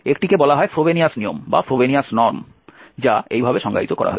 একটিকে বলা হয় ফ্রোবেনিয়াস নিয়ম যা এইভাবে সংজ্ঞায়িত করা হয়েছে